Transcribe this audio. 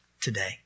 today